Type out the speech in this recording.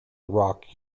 rock